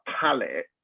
palette